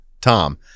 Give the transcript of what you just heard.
Tom